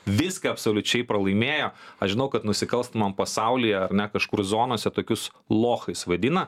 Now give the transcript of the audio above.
viską absoliučiai pralaimėjo aš žinau kad nusikalstamam pasauly ar na kažkur zonose tokius lochais vadina